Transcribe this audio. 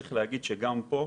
צריך להגיד שגם פה,